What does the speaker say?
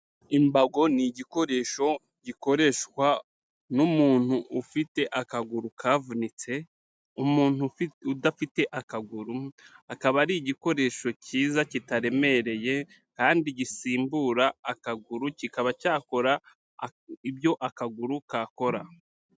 Imbago ni igikoresho gikoreshwa n'umuntu ufite akaguru kavunitse, umuntu ufite udafite akaguru akaba ari igikoresho kiza kitaremereye kandi gisimbura akaguru kikaba cyakora ibyo akaguru kakora.